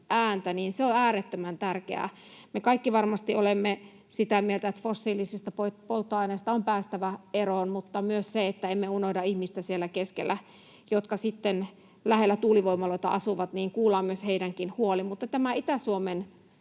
ääntä, niin se on äärettömän tärkeää. Me kaikki varmasti olemme sitä mieltä, että fossiilisista polttoaineista on päästävä eroon, mutta on myös se, että emme unohda ihmistä siellä keskellä, jotka sitten lähellä tuulivoimaloita asuvat. Kuullaan myös heidänkin huolensa. Mutta tämä Itä-Suomen